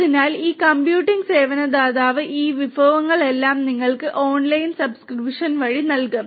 അതിനാൽ ഈ കമ്പ്യൂട്ടിംഗ് സേവന ദാതാവ് ഈ വിഭവങ്ങളെല്ലാം നിങ്ങൾക്ക് ഓൺലൈൻ സബ്സ്ക്രിപ്ഷൻ വഴി നൽകും